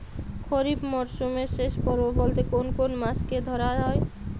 খরিপ মরসুমের শেষ পর্ব বলতে কোন কোন মাস কে ধরা হয়?